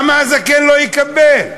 למה הזקן לא יקבל?